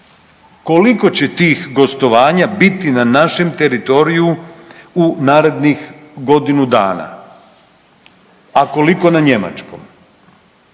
Koliko će tih gostovanja biti na našem teritoriju u narednih godinu dana, a koliko na njemačkom?